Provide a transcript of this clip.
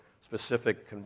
specific